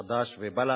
חד"ש ובל"ד.